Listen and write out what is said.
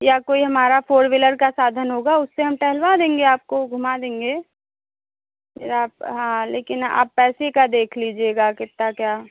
या कोई हमारा फोर व्हिलर का साधन होगा उससे हम टहलवा देंगे आपको घुमा देंगे फिर आप हाँ लेकिन आप पैसे का देख लीजिएगा कितना क्या